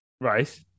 Right